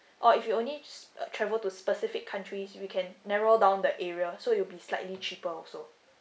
or if you only uh travel to specific countries we can narrow down the area so it will be slightly cheaper also